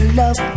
love